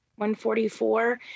1.44